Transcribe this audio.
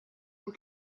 how